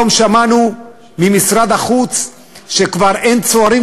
היום שמענו ממשרד החוץ שכבר לא באים צוערים,